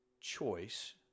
choice